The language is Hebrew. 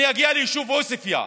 אני אגיע ליישוב עוספיא,